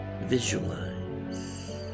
Visualize